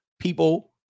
people